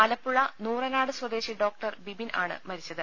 ആലപ്പുഴ നൂറനാട് സ്വദേശി ഡോക്ടർ ബിബിൻ ആണ് മരിച്ചത്